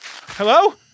Hello